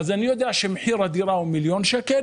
אני יודע שמחיר הדירה הוא מיליון שקלים